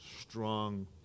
strong